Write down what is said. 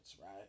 Right